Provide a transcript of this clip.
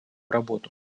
работу